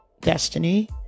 destiny